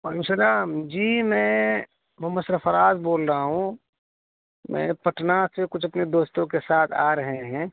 وعلیکم السلام جی میں محم صر وفراز بول رہا ہوں میں پٹنہ سے کچھ اپنے دوستوں کے ساتھ آ رہے ہیں